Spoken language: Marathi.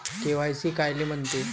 के.वाय.सी कायले म्हनते?